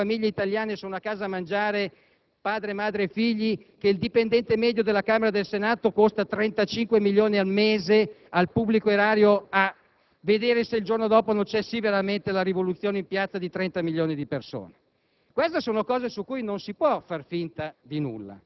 ma andate a dire al TG1 delle ore 20, mentre le famiglie italiane sono a casa a mangiare, che il dipendente medio della Camera o del Senato costa 35 milioni al mese al pubblico erario, e vedrete se il giorno dopo non c'è veramente la rivoluzione in piazza di 30 milioni di persone.